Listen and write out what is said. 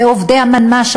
ועובדי המנמ"ש,